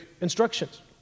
instructions